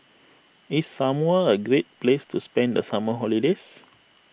is Samoa a great place to spend the summer holiday